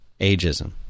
Ageism